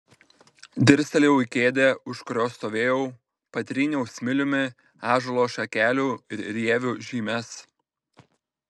dirstelėjau į kėdę už kurios stovėjau patryniau smiliumi ąžuolo šakelių ir rievių žymes